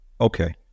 Okay